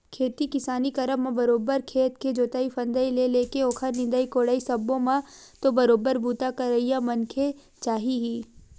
खेती किसानी करब म बरोबर खेत के जोंतई फंदई ले लेके ओखर निंदई कोड़ई सब्बो म तो बरोबर बूता करइया मनखे चाही ही